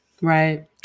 Right